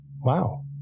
Wow